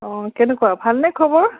অঁ কেনেকুৱা ভালনে খবৰ